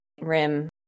rim